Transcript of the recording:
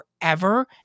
forever